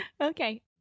Okay